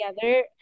together